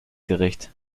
gericht